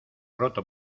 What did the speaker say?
roto